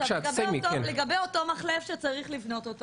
לגבי אותו מחלף שצריך לבנות,